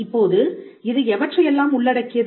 இப்போது இது எவற்றையெல்லாம் உள்ளடக்கியது